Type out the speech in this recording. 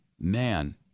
Man